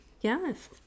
Yes